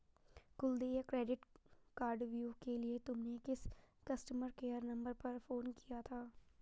कुल देय क्रेडिट कार्डव्यू के लिए तुमने किस कस्टमर केयर नंबर पर फोन किया था?